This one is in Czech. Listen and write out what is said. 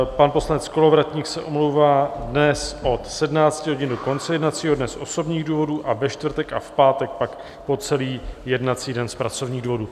Pan poslanec Kolovratník se omlouvá dnes od 17 hodin do konce jednacího dne z osobních důvodů a ve čtvrtek a v pátek pak po celý jednací den z pracovních důvodů.